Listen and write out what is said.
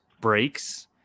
breaks